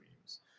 dreams